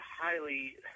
highly